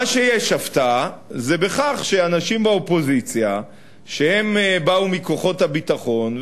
במה שיש הפתעה זה שאנשים באופוזיציה שבאו מכוחות הביטחון,